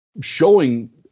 showing